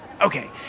Okay